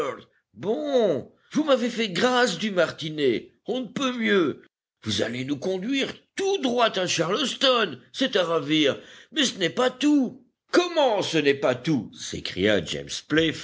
bon vous m'avez fait grâce du martinet on ne peut mieux vous allez nous conduire tout droit à charleston c'est à ravir mais ce n'est pas tout omment ce n'est pas tout s'écria james